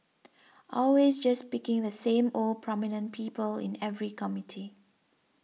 always just picking the same old prominent people in every committee